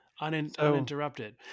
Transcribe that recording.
uninterrupted